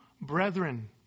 brethren